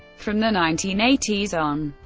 from the nineteen eighty s on,